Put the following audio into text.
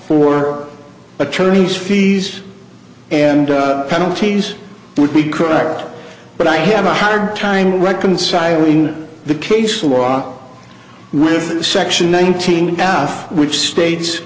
for attorney's fees and penalties would be correct but i have a hard time reconciling the case walk with section nineteen account which states